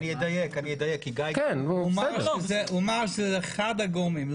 הוא אמר שזה אחד הגורמים.